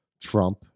Trump